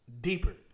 Deeper